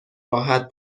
راحت